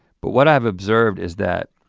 but what i've observed is that